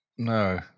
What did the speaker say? No